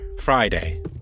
Friday